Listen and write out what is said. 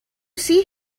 see